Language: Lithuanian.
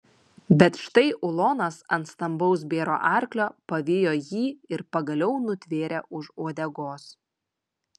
bet štai ulonas ant stambaus bėro arklio pavijo jį ir pagaliau nutvėrė už uodegos